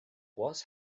was